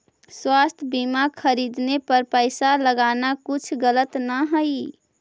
स्वास्थ्य बीमा खरीदने पर पैसा लगाना कुछ गलत न हई